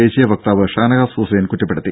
ദേശീയ വക്താവ് ഷാനവാസ് ഹുസൈൻ കുറ്റപ്പെടുത്തി